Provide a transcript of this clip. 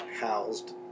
housed